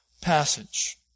passage